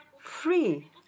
free